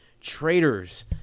traitors